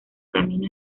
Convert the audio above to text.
camino